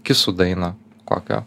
kisų dainą kokią